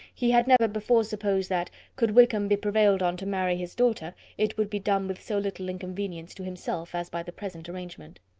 he had never before supposed that, could wickham be prevailed on to marry his daughter, it would be done with so little inconvenience to himself as by the present arrangement.